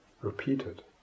repeated